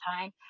time